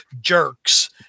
jerks